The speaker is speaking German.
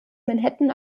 manhattan